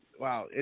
Wow